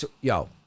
yo